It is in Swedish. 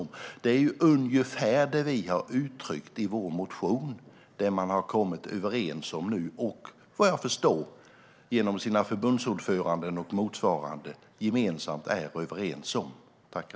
Det är ungefär det vi har uttryckt i vår motion som man nu har kommit överens om. Vad jag förstår, genom deras förbundsordförande och motsvarande, är man överens om detta.